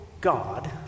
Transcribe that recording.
God